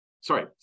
Sorry